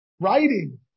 writing